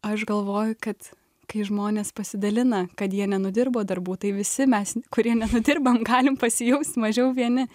aš galvoju kad kai žmonės pasidalina kad jie nenudirbo darbų tai visi mes kurie nenudirbam galim pasijaust mažiau vieni